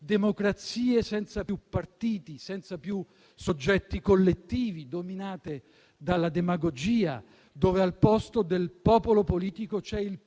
democrazie senza più partiti, senza più soggetti collettivi, dominate dalla demagogia, dove al posto del "popolo politico" c'è il